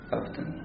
often